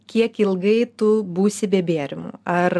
kiek ilgai tu būsi be gėrimų ar